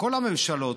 כל הממשלות,